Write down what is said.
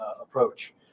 approach